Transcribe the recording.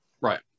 Right